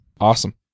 awesome